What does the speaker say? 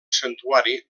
santuari